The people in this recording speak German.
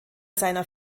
seiner